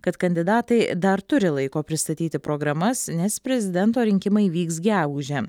kad kandidatai dar turi laiko pristatyti programas nes prezidento rinkimai vyks gegužę